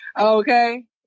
okay